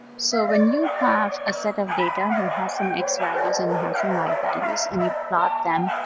so when you have a set of data, you have some x values and you have some y values and you plot them,